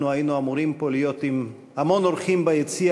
אנחנו היינו אמורים פה להיות עם המון אורחים ביציע,